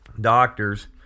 doctors